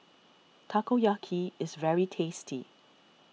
Takoyaki is very tasty